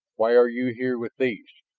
why are you here with these?